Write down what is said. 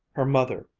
her mother,